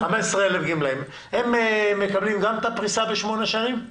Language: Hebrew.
גם הם מקבלים את הפריסה בשמונה שנים?